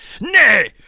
Nay